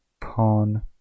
pawn